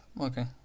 okay